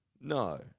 No